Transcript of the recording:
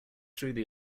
through